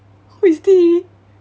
who is T